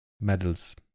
Medals